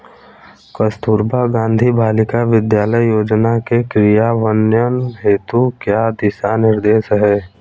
कस्तूरबा गांधी बालिका विद्यालय योजना के क्रियान्वयन हेतु क्या दिशा निर्देश हैं?